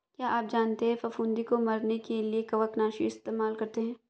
क्या आप जानते है फफूंदी को मरने के लिए कवकनाशी इस्तेमाल करते है?